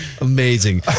Amazing